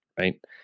Right